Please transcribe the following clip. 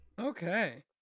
Okay